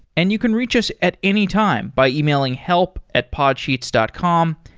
and you can reach us at any time by emailing help at podsheets dot com.